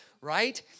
right